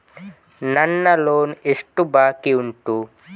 ನನ್ನ ಲೋನ್ ಎಷ್ಟು ಬಾಕಿ ಉಂಟು?